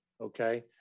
Okay